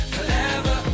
Forever